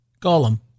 Gollum